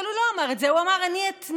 הוא לא אמר את זה, הוא אמר: אני אתנגד.